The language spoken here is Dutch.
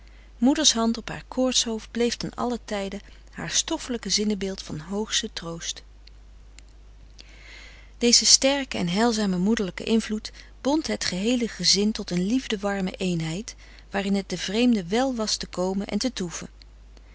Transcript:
moeders hand op haar koortshoofd bleef ten allen tijde haar stoffelijk zinnebeeld van hoogsten troost frederik van eeden van de koele meren des doods deze sterke en heilzame moederlijke invloed bond het geheele gezin tot een liefde warme eenheid waarin het den vreemde wèl was te komen en te toeven